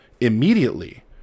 Immediately